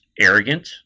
arrogant